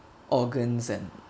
organs